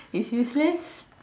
is useless